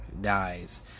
Dies